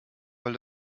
weil